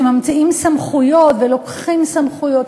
שממציאים סמכויות ולוקחים סמכויות.